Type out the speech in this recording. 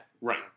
right